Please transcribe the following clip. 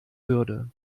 würde